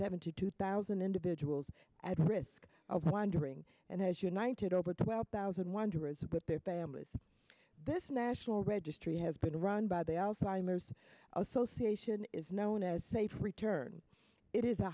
seventy two thousand individuals at risk of wandering and has united over twelve thousand wonders with their families this national registry has been run by the alzheimer's association is known as safe return it is a